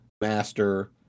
master